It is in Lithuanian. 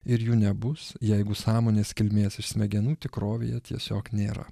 ir jų nebus jeigu sąmonės kilmės iš smegenų tikrovėje tiesiog nėra